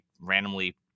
randomly